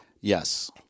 Yes